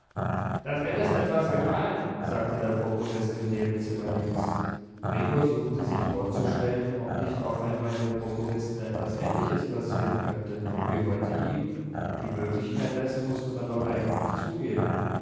da drin ist etwas gefallen sagte der prokurist im nebenzimmer links gregor suchte sich vorzustellen ob nicht auch einmal dem prokuristen etwas ähnliches passieren könnte wie heute ihm die möglichkeit dessen mußte man doch eigentlich zugeben